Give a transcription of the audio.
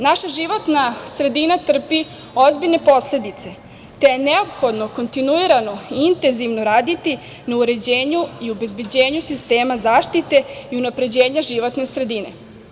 Naša životna sredina trpi ozbiljne posledice, te je neophodno kontinuirano i intenzivno raditi na uređenju i obezbeđenju sistema zaštite i unapređenja životne sredine.